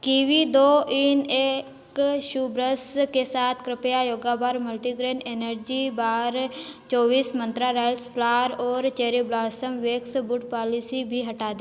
kiwi दो in एक shoe brush के साथ कृपया yoga bar multigrain energy bar चौबीस मंत्रा राइस फ्लार और cherry blossom wax boot polish भी हटा दे